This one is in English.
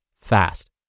fast